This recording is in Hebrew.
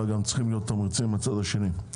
אלא גם צריכים להיות תמריצים בצד השני,